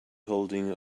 holding